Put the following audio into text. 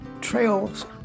trails